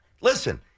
Listen